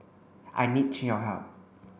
I need your help